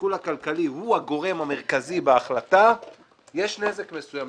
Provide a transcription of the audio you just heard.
כשהשיקול הכלכלי הוא הגורם המרכזי בהחלטה יש נזק מסוים,